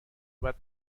بعد